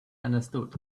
understood